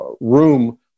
room